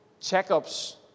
checkups